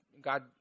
God